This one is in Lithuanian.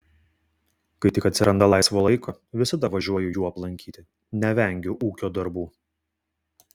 kai tik atsiranda laisvo laiko visada važiuoju jų aplankyti nevengiu ūkio darbų